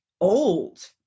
old